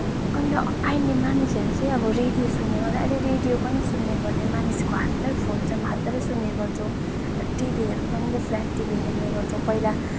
अन्त आइमाई मानिसहरू चाहिँ अब रेडियो सुन्ने गर्थे अहिले रोडियो पनि सुन्ने गर्दैन मानिसको हातमै फोन छ हातबाटै सुन्ने गर्छौँ टिभीहरू पनि त्यो फ्ल्याट टिभी हेर्ने गर्छौँ पहिला